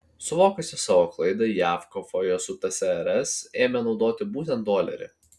suvokusios savo klaidą jav kovoje su tsrs ėmė naudoti būtent dolerį